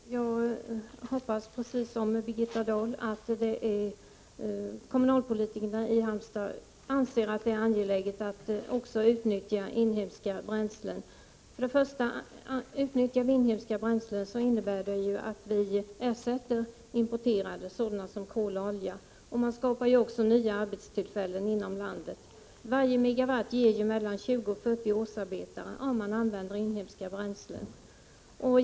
Fru talman! Jag hoppas precis som Birgitta Dahl att kommunalpolitikerna i Halmstad anser att det är angeläget att också utnyttja inhemska bränslen. Gör vi det innebär det att vi ersätter importerade bränslen såsom kol och olja. Man skapar också nya arbetstillfällen inom landet. Varje MW ger mellan 20 och 40 årsarbeten om man använder inhemska bränslen.